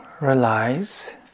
realize